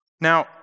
Now